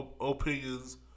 opinions